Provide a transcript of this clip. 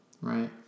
Right